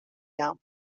jaan